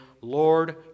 Lord